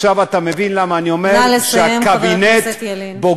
נא לסיים, חבר הכנסת ילין.